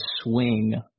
swing